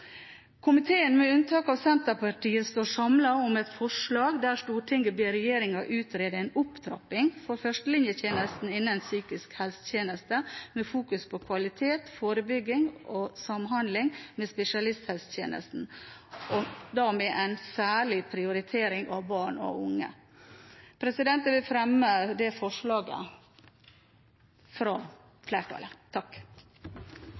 Komiteen, med unntak av medlemmet fra Senterpartiet, står samlet om et forslag der «Stortinget ber regjeringen utrede en opptrapping for førstelinjen innen psykiske helsetjenester med fokus på kvalitet, forebygging og samhandling med spesialisthelsetjenesten og med en særlig prioritering av barn og unge». Jeg vil fremme det forslaget fra